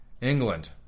England